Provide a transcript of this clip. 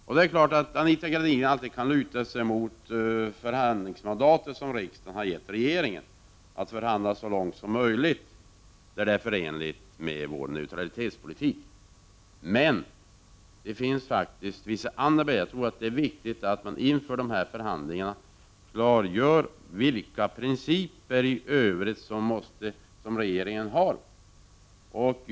Och det är klart att Anita Gradin alltid kan luta sig mot det förhandlingsmandat som riksdagen har gett regeringen — att förhandla så långt som möjligt när det är förenligt med vår neutralitetspolitik. Men jag tror att det är mycket viktigt att man inför dessa förhandlingar klargör vilka principer i övrigt regeringen har.